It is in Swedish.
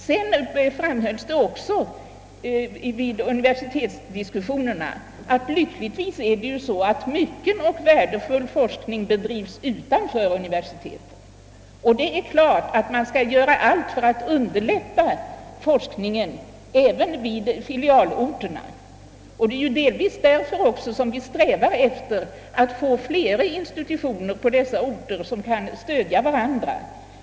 Såsom framhölls vid diskussionerna om universitetsfilialerna bedrives det lyckligtvis värdefull forskning även utanför universiteten. Men givetvis skall allt göras för att underlätta forskningen även vid filialorterna, och det är delvis därför som vi strävar efter att på dessa orter få flera institutioner som kan stödja varandra.